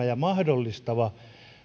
ja mahdollistavan